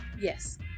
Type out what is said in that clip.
Yes